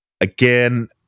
again